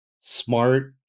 smart